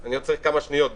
אני רוצה כמה שניות התייעצות.